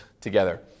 together